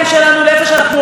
הרשות השנייה,